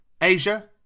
Asia